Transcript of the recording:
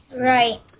Right